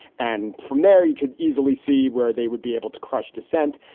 and from there, you could easily see where they would be able to crush dissent.